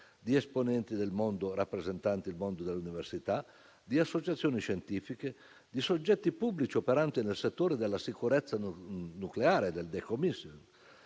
di esponenti rappresentanti il mondo dell'università, di associazioni scientifiche, di soggetti pubblici operanti nel settore della sicurezza nucleare, del *decommissioning*,